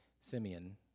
Simeon